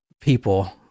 people